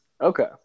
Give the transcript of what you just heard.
Okay